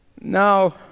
Now